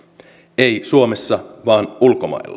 ei suomessa vaan ulkomailla